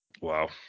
wow